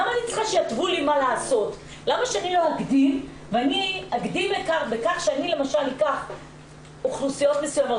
למה שאני לא אקדים בכך שאני אקח אוכלוסיות מסוימות,